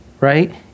right